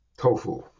tofu